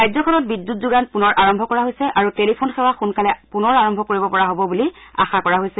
ৰাজ্যখনত বিদ্যুৎ যোগান পুনৰ আৰম্ভ কৰা হৈছে আৰু টেলিফোন সেৱা সোনকালে পুনৰ আৰম্ভ কৰিব পৰা হ'ব বুলি আশা কৰা হৈছে